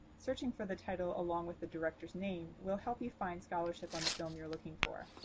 searching for the title along with the director's name will help you find scholarship on the film you're looking for.